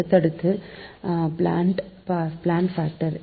அடுத்தது plant factor